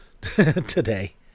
today